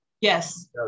Yes